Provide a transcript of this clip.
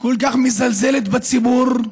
כל כך מזלזלת בציבור,